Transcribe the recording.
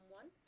one